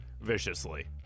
viciously